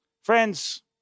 Friends